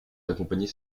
d’accompagner